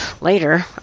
later